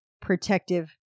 protective